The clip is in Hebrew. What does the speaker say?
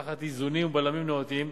תחת איזונים ובלמים נאותים,